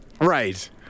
Right